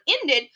ended